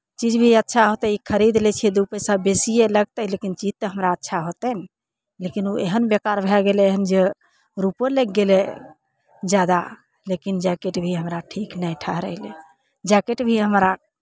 चीज भी अच्छा होतै ई खरीद लै छियै दू पैसा बेसिए लगतै लेकिन चीज तऽ हमरा अच्छा होतै ने लेकिन ओ एहन बेकार भए गेलै हन जे रुपैओ लागि गेलै जादा लेकिन जैकेट भी हमरा ठीक नहि ठहरयलै जैकेट भी हमरा